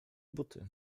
buty